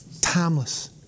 Timeless